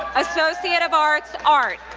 associate of arts, art,